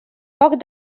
foc